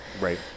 right